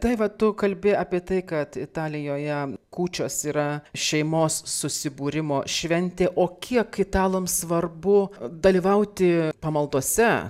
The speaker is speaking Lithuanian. daiva tu kalbi apie tai kad italijoje kūčios yra šeimos susibūrimo šventė o kiek italams svarbu dalyvauti pamaldose